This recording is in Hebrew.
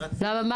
למה?